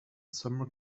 sumner